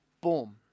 boom